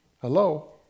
Hello